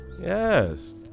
Yes